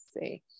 see